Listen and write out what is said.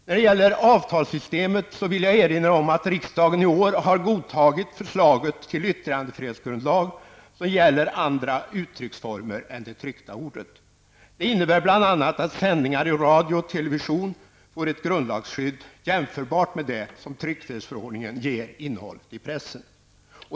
När det gäller avtalssystemet vill jag erinra om att riksdagen i år har godtagit förslaget till yttrandefrihetsgrundlag, som gäller andra uttrycksformer än det tryckta ordet. Det innebär bl.a. att sändningar i radio och television får ett grundlagsskydd jämförbart med det som tryckfrihetsförordningen ger innehållet i pressen.